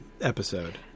episode